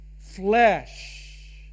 flesh